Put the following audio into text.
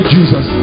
Jesus